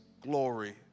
glory